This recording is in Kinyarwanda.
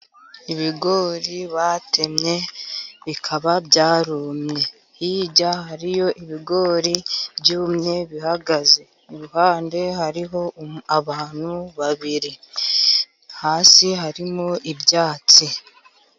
Ibigori batemye bikaba byarumye, hirya hariyo ibigori byumye bihagaze iruhande hariho abantu babiri hasi harimo ibyatsi.